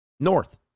North